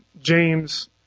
James